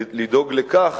לכך